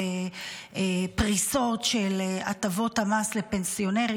ובפריסות של הטבות המס לפנסיונרים,